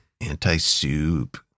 Anti-soup